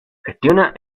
gestiona